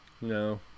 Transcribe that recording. No